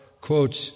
quotes